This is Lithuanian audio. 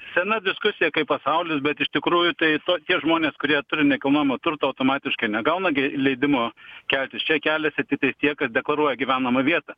sena diskusija kaip pasaulis bet iš tikrųjų tai tokie žmonės kurie turi nekilnojamo turto automatiškai negauna gi leidimo keltis čia keliasi tik tai tie kas deklaruoja gyvenamą vietą